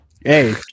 Hey